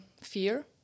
fear